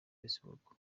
facebook